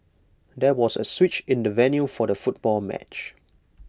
there was A switch in the venue for the football match